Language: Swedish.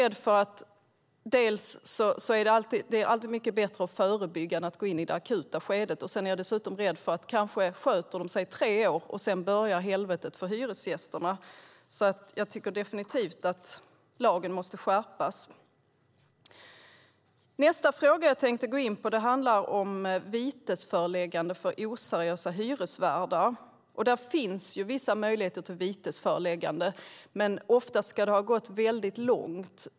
Det är alltid mycket bättre att förebygga än att gå in i det akuta skedet. Sedan är jag dessutom rädd för att de kanske sköter sig i tre år, och sedan börjar helvetet för hyresgästerna. Jag tycker definitivt att lagen måste skärpas. Nästa fråga jag tänkte gå in på handlar om vitesföreläggande för oseriösa hyresvärdar. Det finns vissa möjligheter till vitesföreläggande, men oftast ska det ha gått väldigt långt.